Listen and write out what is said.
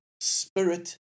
spirit